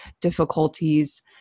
difficulties